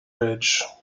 ridge